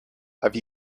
have